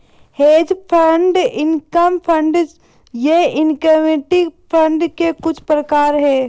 hedge fund income fund ये equity fund के कुछ प्रकार हैं